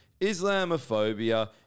Islamophobia